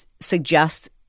suggest